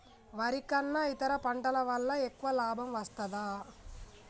వరి కన్నా ఇతర పంటల వల్ల ఎక్కువ లాభం వస్తదా?